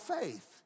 faith